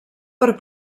per